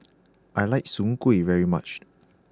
I like Soon Kueh very much